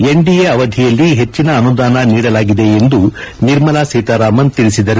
NDA ಅವಧಿಯಲ್ಲಿ ಹೆಚ್ಚಿನ ಅನುದಾನ ನೀಡಲಾಗಿದೆ ಎಂದು ನಿರ್ಮಲಾ ಸೀತಾರಾಮನ್ ತಿಳಿಸಿದರು